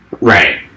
Right